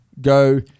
go